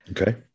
Okay